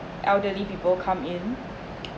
elderly people come in